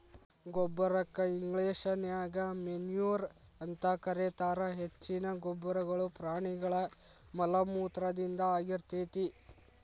ಗೊಬ್ಬರಕ್ಕ ಇಂಗ್ಲೇಷನ್ಯಾಗ ಮೆನ್ಯೂರ್ ಅಂತ ಕರೇತಾರ, ಹೆಚ್ಚಿನ ಗೊಬ್ಬರಗಳು ಪ್ರಾಣಿಗಳ ಮಲಮೂತ್ರದಿಂದ ಆಗಿರ್ತೇತಿ